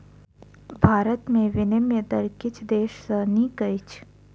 भारत में विनिमय दर किछ देश सॅ नीक अछि